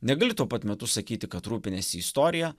negali tuo pat metu sakyti kad rūpiniesi istorija